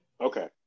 Okay